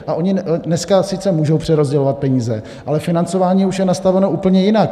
A ony dneska sice můžou přerozdělovat peníze, ale financování už je nastaveno úplně jinak.